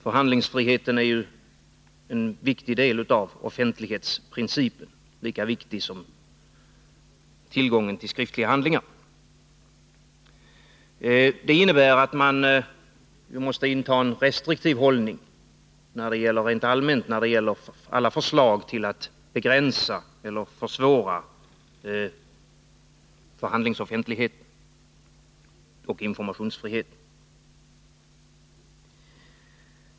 Förhandlingsoffentligheten är en viktig del av offentlighetsprincipen, lika viktig som tillgången till skriftliga handlingar. Det innebär att man rent allmänt måste inta en restriktiv hållning när det gäller alla förslag att begränsa eller försvåra förhandlingsoffentligheten och informationsfriheten.